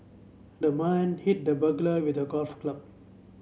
the man hit the burglar with a golf club